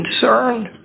concerned